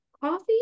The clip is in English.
Coffee